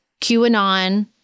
QAnon